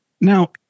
Now